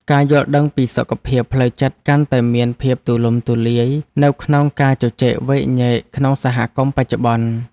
ការយល់ដឹងពីសុខភាពផ្លូវចិត្តកាន់តែមានភាពទូលំទូលាយនៅក្នុងការជជែកវែកញែកក្នុងសហគមន៍បច្ចុប្បន្ន។